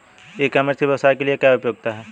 ई commerce की व्यवसाय के लिए क्या उपयोगिता है?